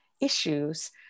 issues